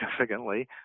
significantly